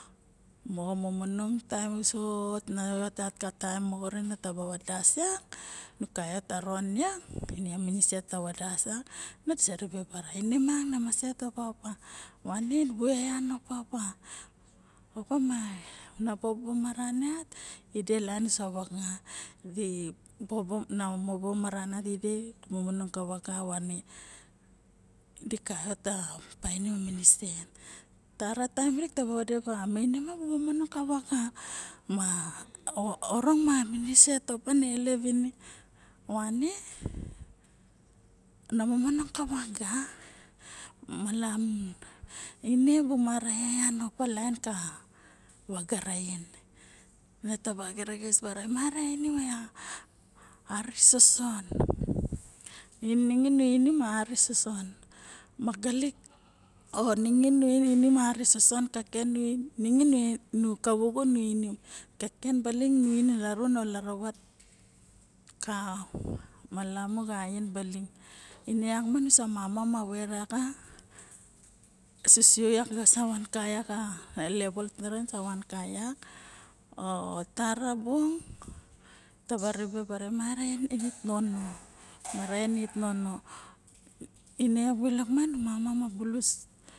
Moxo momonong taem lolo usouso na yot taem moren nu kaiot ka ron yak ine a miniset yak bara diraba ribe bara ine ma na maset oda opa novane bibu eyan opaopa ma na bobo maran yat de laen mo vaga di kaiot painim miniset taro taem mi di vadepa maine ma na momonong ra vaga ma orang ma miniset ma na elep ine yane na momong ka vaga malamun ine bu mara eyan opa ine mo yaga rasin ma taba nirixis bara inim a api soson ningin nu inim ari soson magalik o ningin onu inim ari ka ken baling nu inim larun o laravat ka ma lemu xa a xien bailin ine yak nusa mama. vet yak sisiu sa nam ka xa level taren yak o tara bung taba ribe bara mara en ait nono ine yak bulok ma na mama ma bulus.